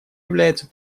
являются